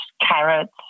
carrots